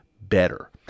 better